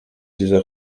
dieser